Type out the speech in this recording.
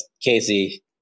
Casey